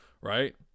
right